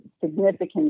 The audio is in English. significant